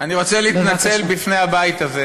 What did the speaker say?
אני רוצה להתנצל בפני הבית הזה